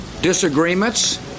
disagreements